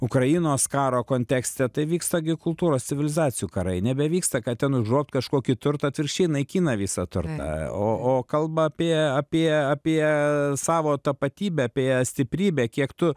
ukrainos karo kontekste tai vyksta gi kultūros civilizacijų karai nebevyksta kad ten užgrobt kažkokį turtą atvirkščiai naikina visą turtą o o kalba apie apie apie savo tapatybę apie stiprybę kiek tu